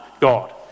God